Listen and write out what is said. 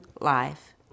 life